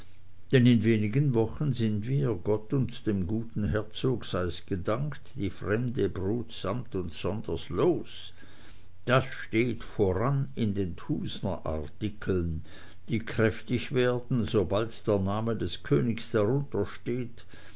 denn in wenigen wochen sind wir gott und dem guten herzog sei's gedankt die fremde brut samt und sonders los das steht voran in den thusnerartikeln die kräftig werden sobald der name des königs darunter steht